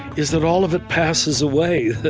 is that all of it passes away.